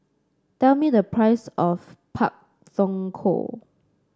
tell me the price of Pak Thong Ko